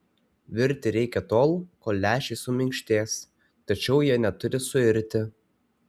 virti reikia tol kol lęšiai suminkštės tačiau jie neturi suirti